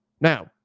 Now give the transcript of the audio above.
Now